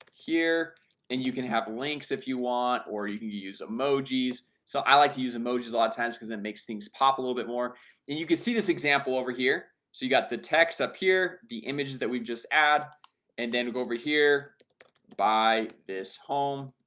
here and you can have links if you want or you can use emojis so i like to use emojis a lot of times because it makes things pop a little bit more and you can see this example over here. so you got the text up here the images that we just add and then go over here by this home